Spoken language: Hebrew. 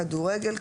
כדורגל,